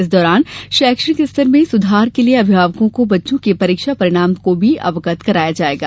इस दौरान शैक्षणिक स्तर में सुधार के लिये अभिभावको को बच्चों के परीक्षा परिणाम से भी अवगत कराया जाएगा